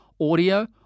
Audio